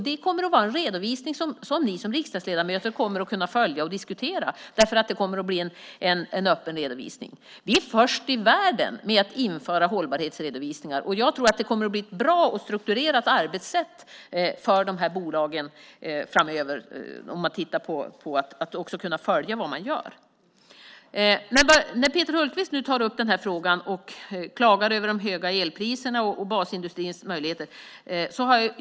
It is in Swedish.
Det kommer att vara en redovisning som ni som riksdagsledamöter kommer att kunna följa och diskutera. Det kommer att bli en öppen redovisning. Vi är först i världen med att införa hållbarhetsredovisningar. Jag tror att det kommer att bli ett bra och strukturerat arbetssätt för de här bolagen framöver. Man ska kunna följa vad man gör. Peter Hultqvist tar upp frågan och klagar över de höga elpriserna och basindustrins möjligheter.